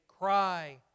cry